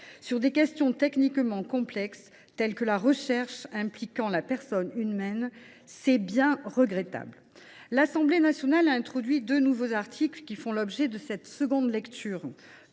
de questions techniquement complexes, telles que les recherches impliquant la personne humaine, voilà qui est regrettable. L’Assemblée nationale a introduit deux nouveaux articles qui font l’objet de cette deuxième lecture.